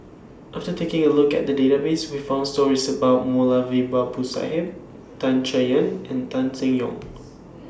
after taking A Look At The Database We found stories about Moulavi Babu Sahib Tan Chay Yan and Tan Seng Yong